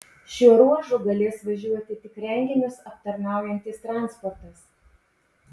šiuo ruožu galės važiuoti tik renginius aptarnaujantis transportas